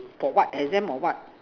for what exam or what